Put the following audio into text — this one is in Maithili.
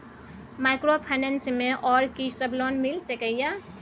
माइक्रोफाइनेंस मे आर की सब लोन मिल सके ये?